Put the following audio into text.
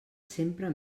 sempre